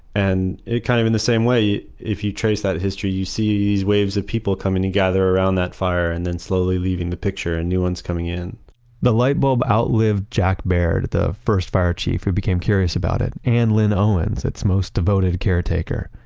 and kind of in the same way, if you trace that history, you see these waves of people coming together around that fire and then slowly leaving the picture and new ones coming in the light bulb outlived jack baird, the first fire chief who became curious about it, and lynn owens, its most devoted caretaker.